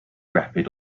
rapid